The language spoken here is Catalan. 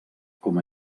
com